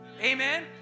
Amen